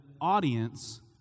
audience